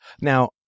Now